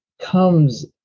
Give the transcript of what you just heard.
comes